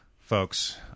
folks